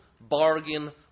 bargain